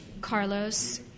Carlos